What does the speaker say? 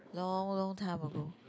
long long time ago